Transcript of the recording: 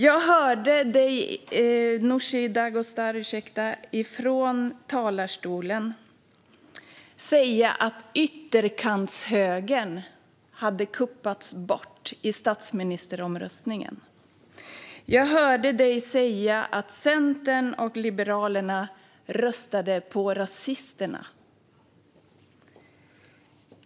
Jag hörde Nooshi Dadgostar från talarstolen säga att ytterkantshögern hade kuppats bort i statsministeromröstningen. Jag hörde henne säga att Centern och Liberalerna röstade på rasisterna.